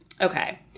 Okay